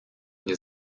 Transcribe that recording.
nie